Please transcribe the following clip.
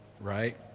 right